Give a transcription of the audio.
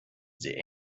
sie